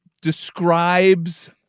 describes